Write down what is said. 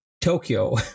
Tokyo